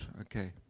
okay